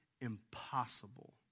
impossible